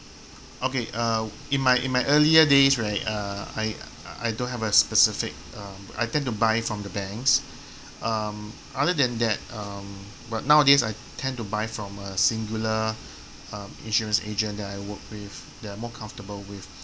okay uh in my in my earlier days right uh I I don't have a specific um I tend to buy from the banks um other than that um but nowadays I tend to buy from a singular um insurance agent that I work with that I'm more comfortable with